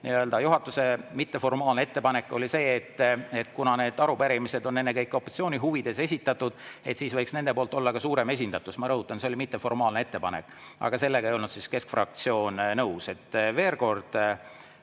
kvoorum. Juhatuse mitteformaalne ettepanek oli see, et kuna need arupärimised on ennekõike opositsiooni huvides esitatud, siis võiks nende poolt olla suurem esindatus. Ma rõhutan, et see oli mitteformaalne ettepanek. Aga sellega ei olnud keskfraktsioon nõus.